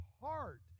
heart